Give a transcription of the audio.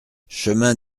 chemin